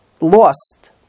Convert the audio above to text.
lost